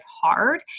hard